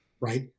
right